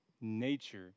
nature